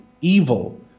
evil